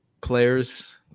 players